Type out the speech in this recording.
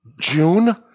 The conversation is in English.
june